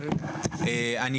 קודם כל,